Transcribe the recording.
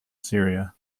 syria